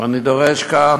ואני דורש כאן